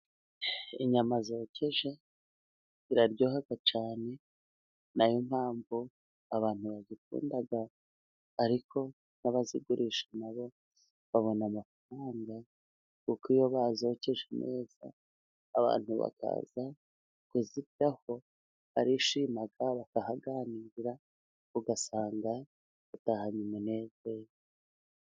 Inyama zokeje ziryoha cyane, ninayo mpamvu abantu bazikunda, ariko n'abazigurisha nabo babona amafaranga, kuko iyo bazokeje neza, abantu bakaza kuziryaho barishima bakahaganirira, ugasanga batahanye umunezero.